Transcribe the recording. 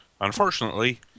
Unfortunately